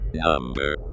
Number